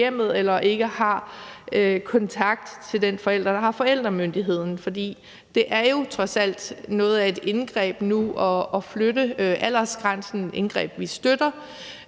eller ikke har kontakt til den forælder, der har forældremyndigheden. For det er jo trods alt noget af et indgreb nu at flytte aldersgrænsen. Det er et indgreb, vi støtter,